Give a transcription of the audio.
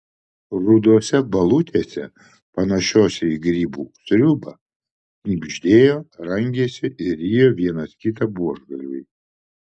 rudose balutėse panašiose į grybų sriubą knibždėjo rangėsi ir rijo vienas kitą buožgalviai